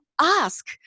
ask